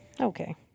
Okay